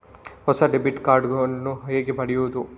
ಹೊಸ debit card ನ್ನು ಹೇಗೆ ಪಡೆಯುದು?